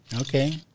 Okay